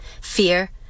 Fear